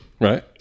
Right